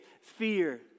fear